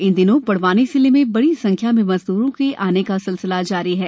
इन दिनों बड़वानी जिले में बड़ी संख्या में मजद्रों के आने का सिलसिला जारी है